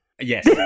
Yes